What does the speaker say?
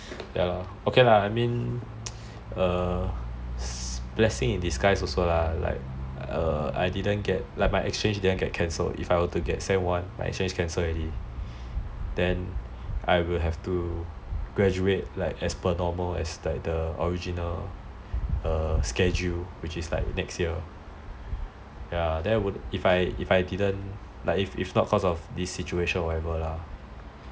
I mean blessing in disguise also lah err I didn't get like my exchange didn't get cancelled if I were to get sem one my exchange cancel already then I would have to graduate as per normal as per the original schedule which is like next year ya then if I didn't if not cause of this situation or whatever lah